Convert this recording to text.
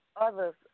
Others